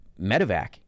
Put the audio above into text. medevac